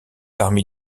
parmi